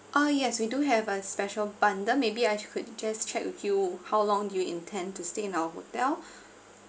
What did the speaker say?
uh yes we do have a special bundle maybe I could just check with you how long do you intend to stay in our hotel